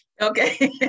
okay